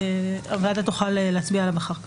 והוועדה תוכל להצביע עליו אחר כך.